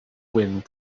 wind